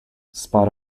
spot